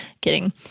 kidding